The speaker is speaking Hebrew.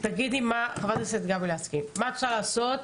תגידי מה אפשר לעשות.